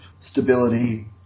stability